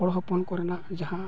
ᱦᱚᱲᱦᱚᱯᱚᱱ ᱠᱚᱨᱮᱱᱟᱜ ᱡᱟᱦᱟᱸ